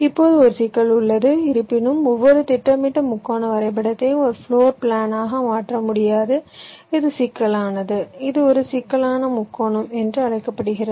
இப்போது ஒரு சிக்கல் உள்ளது இருப்பினும் ஒவ்வொரு திட்டமிட்ட முக்கோண வரைபடத்தையும் ஒரு பிளோர் பிளானாக மாற்ற முடியாது இது சிக்கலானது இது ஒரு சிக்கலான முக்கோணம் என்று அழைக்கப்படுகிறது